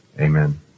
Amen